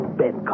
bed